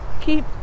Keep